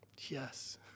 Yes